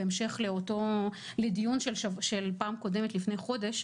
בהמשך לדיון של הפעם הקודמת לפני חודש,